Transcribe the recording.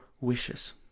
wishes